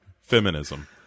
feminism